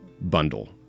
bundle